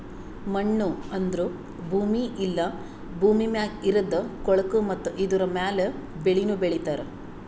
ಮಣ್ಣು ಅಂದುರ್ ಭೂಮಿ ಇಲ್ಲಾ ಭೂಮಿ ಮ್ಯಾಗ್ ಇರದ್ ಕೊಳಕು ಮತ್ತ ಇದುರ ಮ್ಯಾಲ್ ಬೆಳಿನು ಬೆಳಿತಾರ್